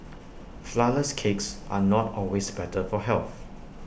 Flourless Cakes are not always better for health